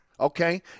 Okay